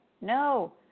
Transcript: no